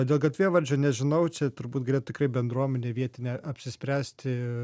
dėl gatvėvardžių nežinau čia turbūt galėtų tikrai bendruomenė vietinė apsispręsti